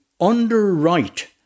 underwrite